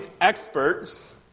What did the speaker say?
experts